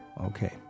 Okay